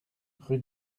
rue